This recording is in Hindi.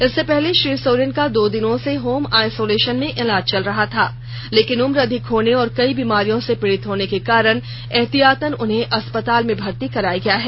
इससे पहले श्री सोरेन का दो दिनों से होम आइसोलेशन में इलाज चल रहा था लेकिन उम्र अधिक होने और कई बीमारियों से पीड़ित होने के कारण एहतियातन उन्हें अस्पताल में भर्ती कराया गया है